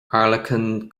airleacain